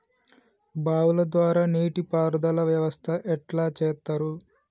బావుల ద్వారా నీటి పారుదల వ్యవస్థ ఎట్లా చేత్తరు?